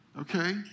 okay